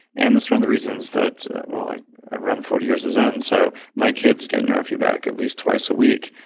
and that's one of the reasons that, well, i i run forty years of zen, so my kids get neurofeedback at least twice a week.